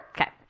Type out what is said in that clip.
Okay